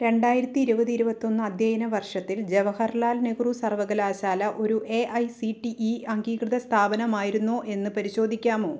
രണ്ടായിരത്തി ഇരുപത് ഇരുപത്തിയൊന്ന് അദ്ധ്യയന വർഷത്തിൽ ജവഹർലാൽ നെഹ്റു സർവകലാശാല ഒരു A I C T E അംഗീകൃത സ്ഥാപനമായിരുന്നോ എന്ന് പരിശോധിക്കാമോ